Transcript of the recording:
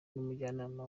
n’umujyanama